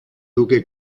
duque